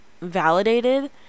validated